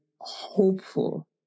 hopeful